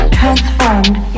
transformed